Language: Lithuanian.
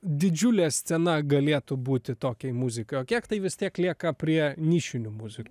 didžiulė scena galėtų būti tokiai muzikai o kiek tai vis tiek lieka prie nišinių muzikų